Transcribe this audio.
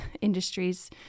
industries